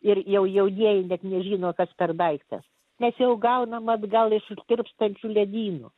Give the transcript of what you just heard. ir jau jaunieji net nežino kas per daiktas mes jau gaunam atgal iš tirpstančių ledynų